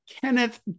Kenneth